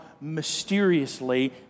mysteriously